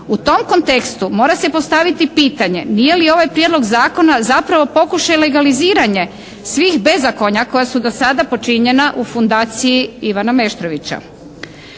U tom kontekstu mora se postaviti pitanje je li nije li ovaj prijedlog zakona zapravo pokušaj legaliziranja svih bezakonja koja su do sada počinjena u fundaciji Ivana Meštrovića.